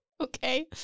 Okay